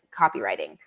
copywriting